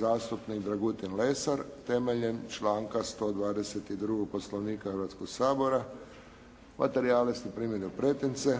zastupnik Dragutin Lesar Temeljem članka 122. Poslovnika Hrvatskoga sabora. Materijale ste primili u pretince.